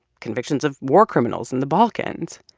convictions of war criminals in the balkans.